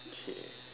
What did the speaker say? shit